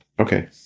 Okay